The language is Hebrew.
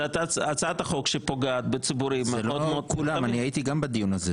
זו הצעת חוק שפוגעת בציבורים --- אני הייתי גם בדיון הזה.